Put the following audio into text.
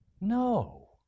No